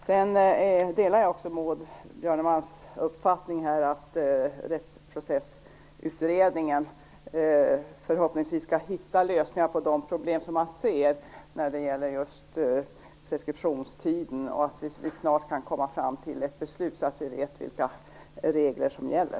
Sedan instämmer jag i Maud Björnemalms förhoppning, att Rättsprocessutredningen skall finna lösningar på problemen med preskriptionstiden. Det vore bra om det snart fattades ett beslut så att vi vet vilka regler som gäller.